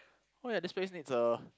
oh yeah this place needs a